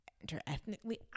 inter-ethnically